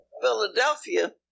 Philadelphia